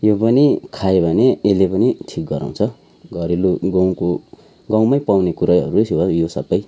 यो पनि खायो भने यसले पनि ठिक गराउँछ घरेलु गाउँको गाउँमै पाउने कुराहरू छ यो सबै